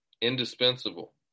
indispensable